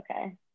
okay